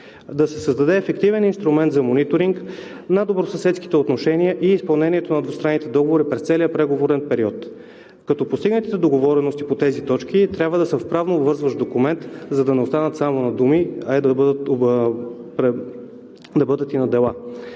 да се създаде ефективен инструмент за мониторинг на добросъседските отношения и изпълнението на двустранните договори през целия преговорен период, като постигнатите договорености по тези точки трябва да са в правнообвързващ документ, за да не останат само на думи, а да бъдат и на дела.